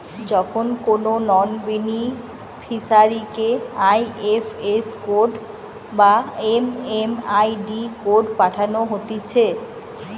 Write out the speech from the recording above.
যখন কোনো নন বেনিফিসারিকে আই.এফ.এস কোড বা এম.এম.আই.ডি কোড পাঠানো হতিছে